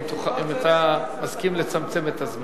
אם אתה מסכים לצמצם את הזמן.